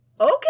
Okay